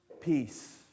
peace